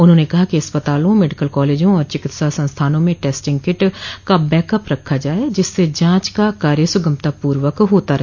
उन्होंने कहा कि अस्पतालों मेडिकल कॉलेजों और चिकित्सा संस्थानों में टेस्टिंग किट का बैकअप रखा जाये जिससे जांच का कार्य सुगमतापूर्वक होता रहे